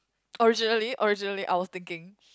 originally originally I was thinking